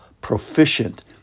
proficient